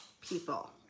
people